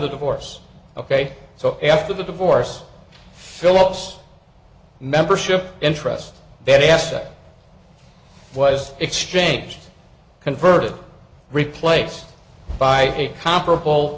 the divorce ok so after the divorce phillips membership interest that aspect was exchanged converted replaced by a comparable